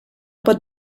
pot